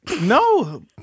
No